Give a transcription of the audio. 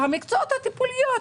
המקצועות הטיפוליים.